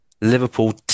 Liverpool